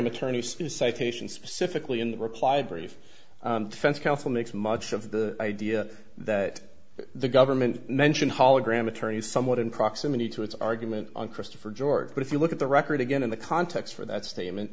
citation specifically in reply brief defense counsel makes much of the idea that the government mentioned hologram attorneys somewhat in proximity to its argument on christopher george but if you look at the record again in the context for that statement